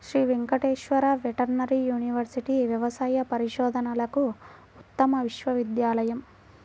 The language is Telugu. శ్రీ వెంకటేశ్వర వెటర్నరీ యూనివర్సిటీ వ్యవసాయ పరిశోధనలకు ఉత్తమ విశ్వవిద్యాలయం